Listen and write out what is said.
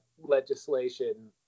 legislation